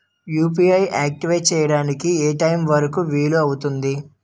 UPI activate చెయ్యడానికి ఏ time వరుకు వీలు అవుతుంది?